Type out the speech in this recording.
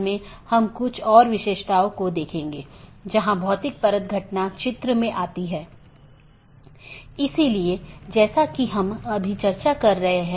यह मूल रूप से ऑटॉनमस सिस्टमों के बीच सूचनाओं के आदान प्रदान की लूप मुक्त पद्धति प्रदान करने के लिए विकसित किया गया है इसलिए इसमें कोई भी लूप नहीं होना चाहिए